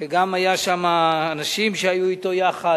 וגם היו שם אנשים שהיו אתו יחד.